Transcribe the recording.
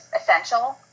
essential